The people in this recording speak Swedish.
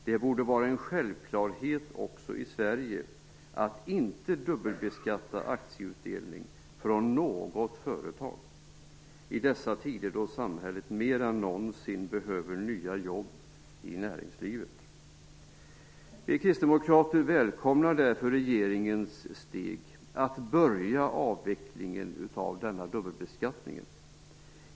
Det borde vara en självklarhet också i Sverige att inte dubbelbeskatta aktieutdelning från något företag i dessa tider då samhället mer än någonsin behöver nya jobb i näringslivet. Vi kristdemokrater välkomnar därför regeringens steg att börja avvecklingen av denna dubbelbeskattning.